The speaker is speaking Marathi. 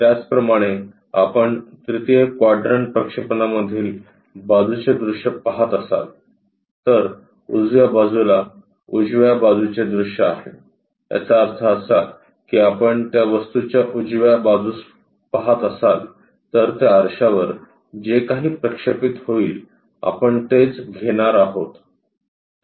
त्याचप्रमाणे आपण तृतीय क्वाड्रंट प्रक्षेपणामधील बाजूचे दृश्य पाहत असाल तर उजव्या बाजूला उजव्या बाजूचे दृश्य आहे याचा अर्थ असा की आपण त्या वस्तूच्या उजव्या बाजूस पहात असाल तर त्या आरशावर जे काही प्रक्षेपित होईल आपण तेच घेणार आहोत